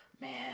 Man